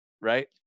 right